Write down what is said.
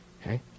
Okay